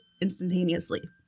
instantaneously